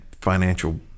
financial